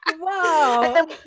wow